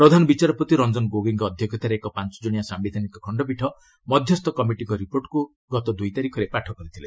ପ୍ରଧାନ ବିଚାରପତି ରଞ୍ଜନ ଗୋଗୋଇଙ୍କ ଅଧ୍ୟକ୍ଷତାରେ ଏକ ପାଞ୍ଚଜଣିଆ ସାୟିଧାନିକ ଖଣ୍ଡପୀଠ ମଧ୍ୟସ୍ଥ କମିଟିଙ୍କ ରିପୋର୍ଟ୍କୁ ଗତ ଦୁଇ ତାରିଖରେ ପାଠ କରିଥିଲେ